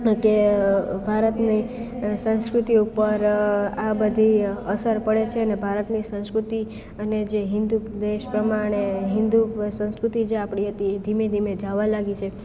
કે ભારતની સંસ્કૃતિ ઉપર આ બધી અસર પડે છે અને આ બધી સંસ્કૃતિ અને જે હિન્દુ દેશ પ્રમાણે હિન્દુ સંસ્કૃતિ જે આપણી હતી એ ધીમે ધીમે જાવા લાગી છે